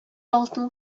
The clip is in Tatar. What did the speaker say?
алтын